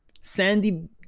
sandy